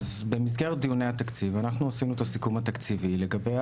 במסגרת דיוני התקציב עשינו את הסיכום התקציבי לגבי